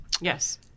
Yes